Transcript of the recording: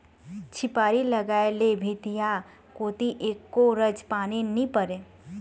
झिपारी लगाय ले भीतिया कोती एको रच पानी नी परय